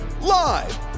live